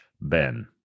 Ben